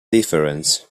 difference